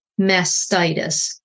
mastitis